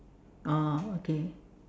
oh okay